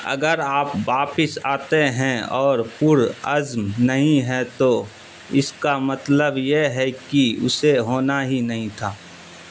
اگر آپ واپس آتے ہیں اور پرعزم نہیں ہیں تو اس کا مطلب یہ ہے کی اسے ہونا ہی نہیں تھا